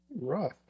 Rough